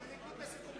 זה בניגוד לסיכומים.